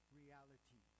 reality